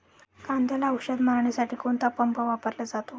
कांद्याला औषध मारण्यासाठी कोणता पंप वापरला जातो?